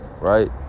Right